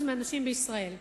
הנשים בישראל.